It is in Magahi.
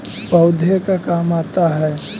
पौधे का काम आता है?